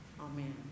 Amen